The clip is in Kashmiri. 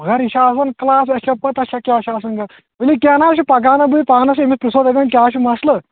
مگر یہِ چھُ آسَان کٕلاس توہہِ چھ اَسۍ چھا پَتہ کیاہ چھُ آسان کَران ؤلِو کینٛہہ چھُنہٕ کینٛہہ نہ حظ چھُ پَگہہ اَنان پانَس سۭتۍ أمِس پَرٛیژٕھو تَتٮ۪ن کیاہ چھُ مَسلہٕ